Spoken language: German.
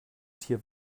tier